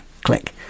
Click